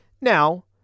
Now